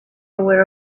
aware